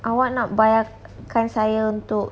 awak nak bayarkan saya untuk